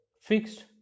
fixed